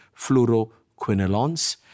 fluoroquinolones